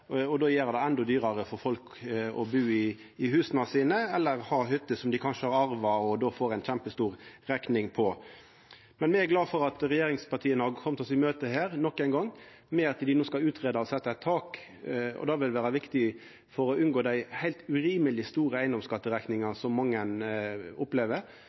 og gjera det endå dyrare for folk å bu i husa sine – eller for dei som har hytter som dei kanskje har arva, og som dei då får ei kjempestor rekning på. Me er glade for at regjeringspartia nok ein gong har kome oss i møte med at dei no skal utgreia det å setja eit tak. Det vil vera viktig for å unngå dei heilt urimeleg store eigedomsskatterekningane som mange opplever.